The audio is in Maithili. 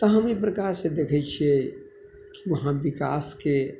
तऽ हम अइ प्रकारसँ देखै छियै की वहाँ विकासके